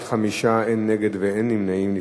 בעד, 5, אין נגד ואין נמנעים.